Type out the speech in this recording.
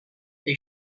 they